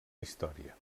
història